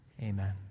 amen